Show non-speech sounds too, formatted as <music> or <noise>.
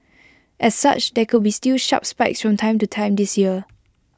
<noise> as such there could be still sharp spikes from time to time this year